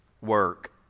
work